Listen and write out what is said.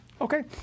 Okay